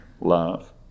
love